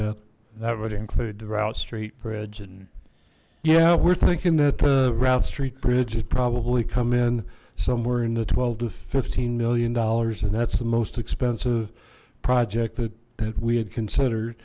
that that would include the route street bridge and yeah we're thinking that the route street bridge has probably come in somewhere in the twelve to fifteen million dollars and that's the most expensive project that that we had considered